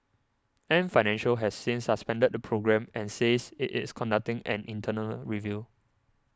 Ant Financial has since suspended the programme and says it is conducting an internal review